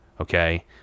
okay